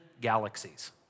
galaxies